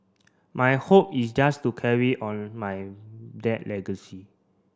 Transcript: my hope is just to carry on my dad legacy